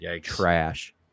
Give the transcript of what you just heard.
trash